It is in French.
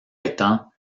étant